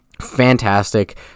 Fantastic